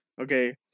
Okay